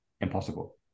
impossible